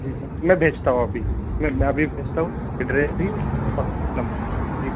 जी जी मैं भेजता हूँ अभी मैं अभी भेजता हूँ एड्रैस भी फ़ोन नमर भी